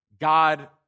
God